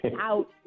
out